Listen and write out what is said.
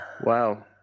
Wow